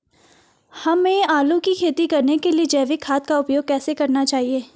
हमें आलू की खेती करने के लिए जैविक खाद का उपयोग कैसे करना चाहिए?